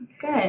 Good